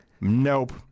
Nope